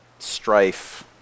strife